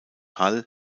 hall